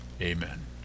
amen